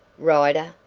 rider?